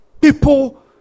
people